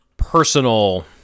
personal